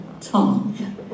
tongue